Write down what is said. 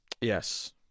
Yes